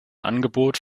angebot